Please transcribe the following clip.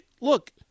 look –